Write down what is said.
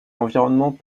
environnement